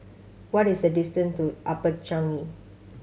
what is the distant to Upper Changi